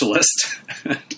specialist